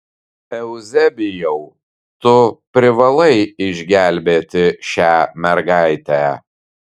euzebijau tu privalai išgelbėti šią mergaitę